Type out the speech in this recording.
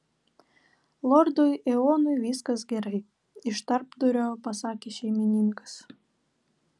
lordui eonui viskas gerai iš tarpdurio pasakė šeimininkas